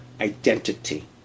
identity